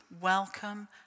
welcome